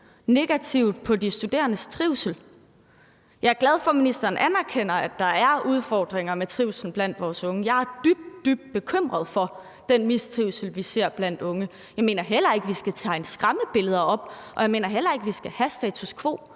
indvirkning på de studerendes trivsel. Jeg er glad for, at ministeren anerkender, at der er udfordringer med trivslen blandt vores unge, og jeg er dybt, dybt bekymret for den mistrivsel, vi ser blandt unge. Jeg mener heller ikke, vi skal tegne skræmmebilleder op, og jeg mener heller ikke, vi skal have status quo,